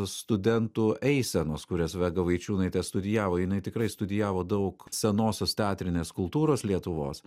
studentų eisenos kurias vega vaičiūnaitė studijavo jinai tikrai studijavo daug senosios teatrinės kultūros lietuvos